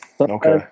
Okay